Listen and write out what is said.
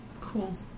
Cool